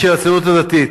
אנשי הציונות הדתית.